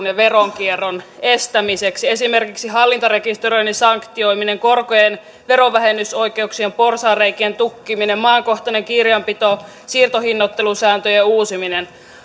ja veronkierron estämiseksi esimerkiksi hallintarekisteröinnin sanktioimisen korkojen verovähennys oikeuksien porsaanreikien tukkimisen maakohtaisen kirjanpidon ja siirtohinnoittelusääntöjen uusimisen